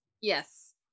Yes